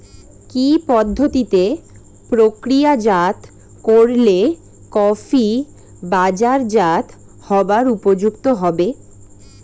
কি পদ্ধতিতে প্রক্রিয়াজাত করলে কফি বাজারজাত হবার উপযুক্ত হবে?